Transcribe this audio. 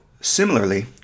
Similarly